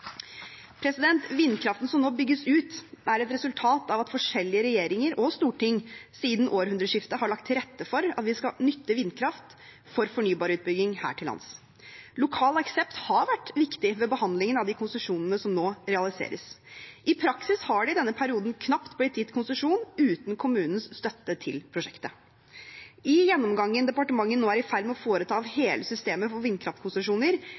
Vindkraften som nå bygges ut, er et resultat av at forskjellige regjeringer og storting siden århundreskiftet har lagt til rette for at vi skal nytte vindkraft for fornybarutbygging her til lands. Lokal aksept har vært viktig ved behandlingen av de konsesjonene som nå realiseres. I praksis har det i denne perioden knapt blitt gitt konsesjon uten kommunens støtte til prosjektet. I gjennomgangen av hele systemet for vindkraftkonsesjoner departementet nå er i ferd med å foreta,